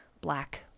black